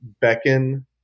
beckon